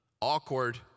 awkward